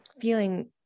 feeling